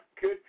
good